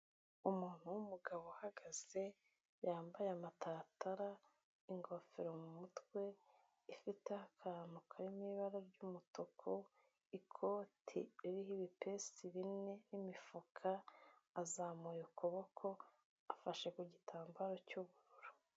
Umuntu w'umugabo uhagaze, yambaye amataratara, ingofero mu mutwe ifiteho akantu kari mu ibara ry'umutuku, ikoti ririho ibipesi bine n'imifuka, azamuye ukuboko, afashe ku gitambaro cy'ubururu.